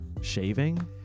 shaving